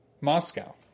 Moscow